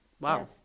wow